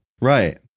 Right